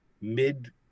mid